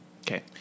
Okay